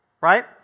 right